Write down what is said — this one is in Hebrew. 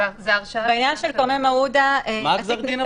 הבעיה של כרמל מעודה --- מה גזר הדין?